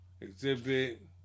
Exhibit